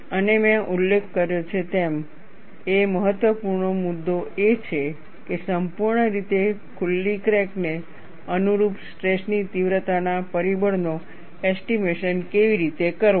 અને મેં ઉલ્લેખ કર્યો છે તેમ એક મહત્વપૂર્ણ મુદ્દો એ છે કે સંપૂર્ણ રીતે ખુલ્લી ક્રેક ને અનુરૂપ સ્ટ્રેસ ની તીવ્રતાના પરિબળનો એસ્ટીમેશન કેવી રીતે કરવો